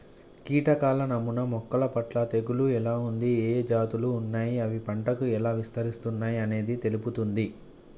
కీటకాల నమూనా మొక్కలపట్ల తెగులు ఎలా ఉంది, ఏఏ జాతులు ఉన్నాయి, అవి పంటకు ఎలా విస్తరిస్తున్నయి అనేది తెలుపుతుంది